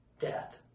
Death